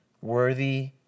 worthy